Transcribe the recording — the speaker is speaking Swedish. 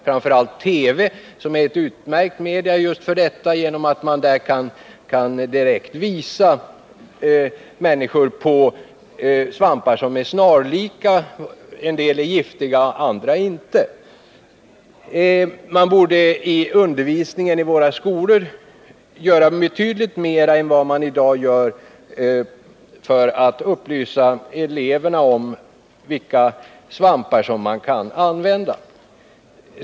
Framför allt TV är ett utmärkt medium just i detta sammanhang, eftersom man där för människor kan visa upp snarlika svampar, av vilka en del är giftiga, andra inte. Man borde också i undervisningen i våra skolor göra betydligt mera än i dag för att upplysa eleverna om vilka svampar som går att använda.